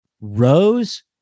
Rose